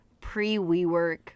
pre-WeWork